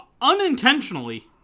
unintentionally